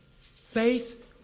Faith